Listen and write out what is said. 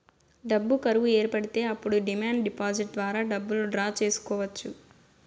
డబ్బు కరువు ఏర్పడితే అప్పుడు డిమాండ్ డిపాజిట్ ద్వారా డబ్బులు డ్రా చేసుకోవచ్చు